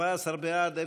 14 בעד,